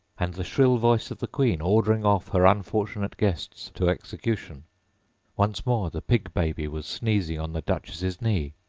and the shrill voice of the queen ordering off her unfortunate guests to execution once more the pig-baby was sneezing on the duchess's knee,